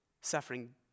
Suffering